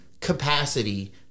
capacity